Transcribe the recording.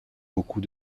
beaucoup